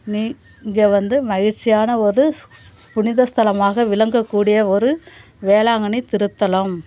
நீ இங்கே வந்து மகிழ்ச்சியான ஒரு புனித ஸ்தலமாக விளங்கக்கூடிய ஒரு வேளாங்கண்ணி திருத்தலம்